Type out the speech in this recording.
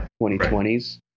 2020s